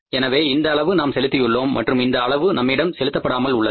எனவே இந்த அளவு நாம் செலுத்தியுள்ளோம் மற்றும் இந்த அளவு நம்மிடம் செலுத்தப்படாமல் உள்ளது